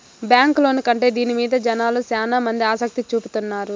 bank loan కంటే దీని మీద జనాలు శ్యానా మంది ఆసక్తి చూపుతున్నారు